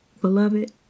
beloved